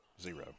zero